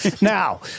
Now